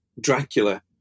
Dracula